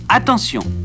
attention